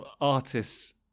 artist's